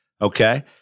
Okay